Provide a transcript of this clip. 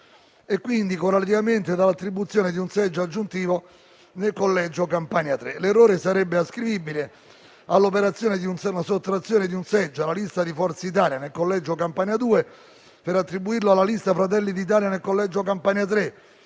e, correlativamente, dall'attribuzione di un seggio aggiuntivo nel collegio Campania 3. L'errore sarebbe ascrivibile all'operazione di sottrazione di un seggio alla lista Forza Italia nel collegio Campania 2 per attribuirlo alla lista Fratelli d'Italia nel collegio Campania 3,